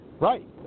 Right